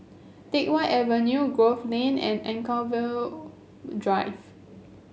Teck Whye Avenue Grove Lane and Anchorvale Drive